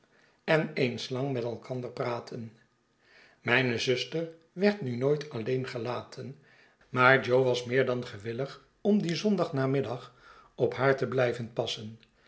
en eens lang met elkander praten mijne zuster werd nu nooit alleen gelaten maar jo was meer dan gewillig om dien zondagnamiddag op haar te blijven passen